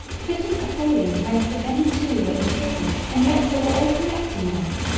fitting a failing meant that any two were indifferent and yet they were all connecting that,